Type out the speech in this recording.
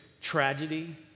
tragedy